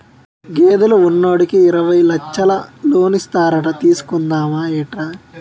గేదెలు ఉన్నోడికి యిరవై లచ్చలు లోనిస్తారట తీసుకుందా మేట్రా